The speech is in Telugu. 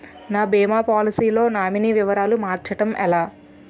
నా భీమా పోలసీ లో నామినీ వివరాలు మార్చటం ఎలా?